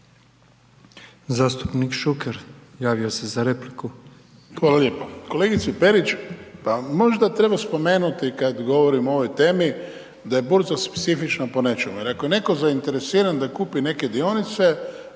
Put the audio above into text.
Zastupnik Beljak javio se za repliku.